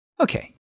Okay